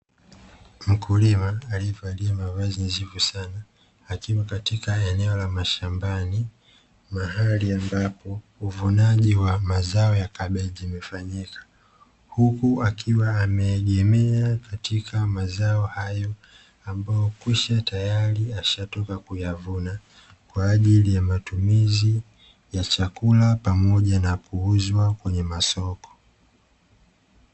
Mkulima aliyevalia mavazi nadhifu sana, akiwa katika eneo la mashambani mahali ambapo uvunaji wa mazao ya kabichi umefanyika. Huku akiwa ameegemea katika mazao hayo ambayo kwisha tayari ashatoka kuyavuna, kwa ajili ya matumizi ya chakula pamoja na kuuzwa kwenye masoko.